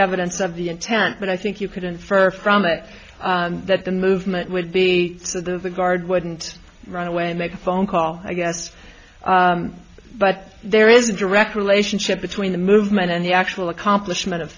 evidence of the intent but i think you could infer from it that the movement would be so the guard wouldn't run away and make a phone call i guess but there is a direct relationship between the movement and the actual accomplishment of